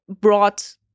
brought